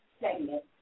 segment